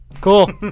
Cool